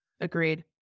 Agreed